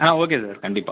ஆ okay sir கண்டிப்பாக